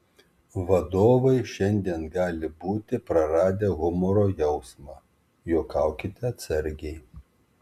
vadovai šiandien gali būti praradę humoro jausmą juokaukite atsargiai